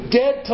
dead